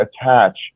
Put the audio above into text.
attach